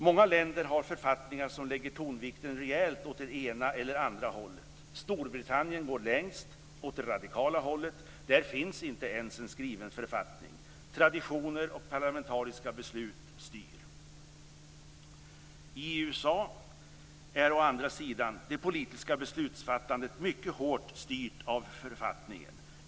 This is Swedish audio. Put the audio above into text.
Många länder har författningar som lägger tonvikten rejält åt det ena eller andra hållet. Storbritannien, å ena sidan, går längst åt det radikala hållet. Där finns inte ens en skriven författning. Traditioner och parlamentariska beslut styr. I USA är å andra sidan det politiska beslutsfattandet mycket hårt styrt av författningen.